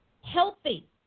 healthy